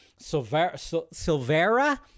Silvera